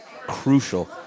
crucial